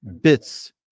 bits